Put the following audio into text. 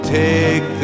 take